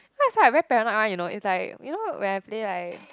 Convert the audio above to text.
mine is like very paranoid one you know it's like you know when I play like